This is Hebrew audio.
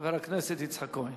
חבר הכנסת יצחק כהן.